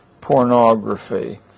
pornography